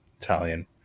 Italian